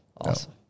awesome